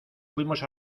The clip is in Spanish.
fuimos